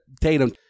Tatum